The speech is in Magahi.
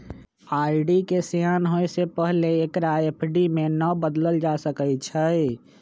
आर.डी के सेयान होय से पहिले एकरा एफ.डी में न बदलल जा सकइ छै